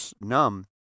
numb